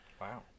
Wow